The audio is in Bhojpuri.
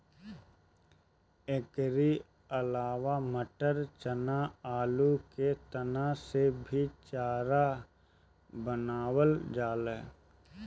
एकरी अलावा मटर, चना, आलू के तना से भी चारा बनावल जाला